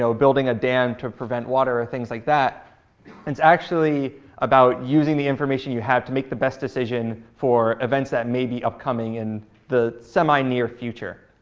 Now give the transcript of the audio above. so building a dam to prevent water or things like that. and it's actually about using the information you have to make the best decision for events that may be upcoming in the semi-near future.